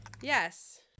Yes